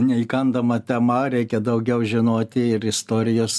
neįkandama tema reikia daugiau žinoti ir istorijos